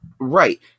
Right